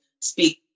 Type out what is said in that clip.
speak